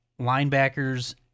linebackers